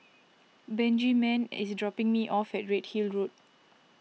Benjiman is dropping me off at Redhill Road